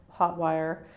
hotwire